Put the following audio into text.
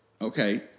okay